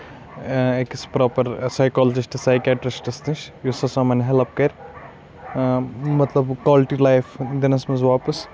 أکِس proper psychologists psychiatrists نِش یُس ہسا یِمَن ہیلٕپ کرِ مطلب کالٹی لایف دِنِس منٛز واپَس